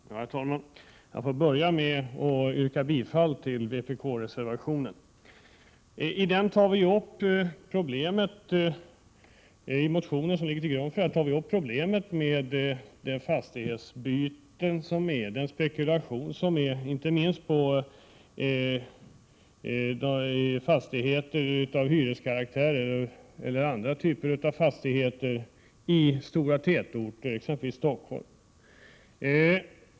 Herr talman! Jag får börja med att yrka bifall till vpk-reservationen. I den motion som ligger till grund för reservationen tar vi upp problemet med de fastighetsbyten och den spekulation som pågår, inte minst vad gäller hyresfastigheter och andra typer av fastigheter i stora tätorter, exempelvis Stockholm.